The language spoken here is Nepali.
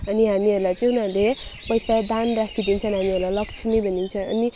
अनि हामीहरूलाई चाहिँ उनीहरूले पैसा दान राखिदिन्छन् हामीहरूलाई लक्ष्मी भनिन्छ अनि